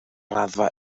raddfa